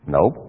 Nope